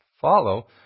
follow